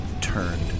turned